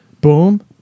boom